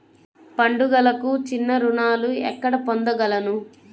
పండుగలకు చిన్న రుణాలు ఎక్కడ పొందగలను?